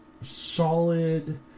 solid